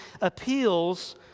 appeals